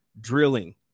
drilling